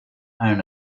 own